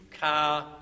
car